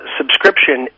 subscription